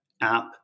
app